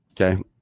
Okay